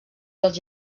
dels